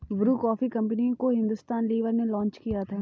Bru coffee company को Hindustan Lever ने launch किया था